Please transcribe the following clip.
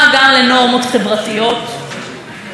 לעוד מקלטים לנשים מוכות,